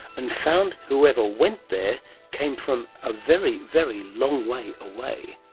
and found whoever went there came from a very, very long way away.